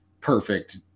perfect